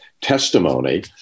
testimony